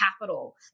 capital